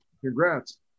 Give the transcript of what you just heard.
Congrats